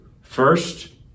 First